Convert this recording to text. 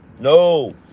No